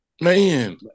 Man